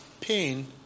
pain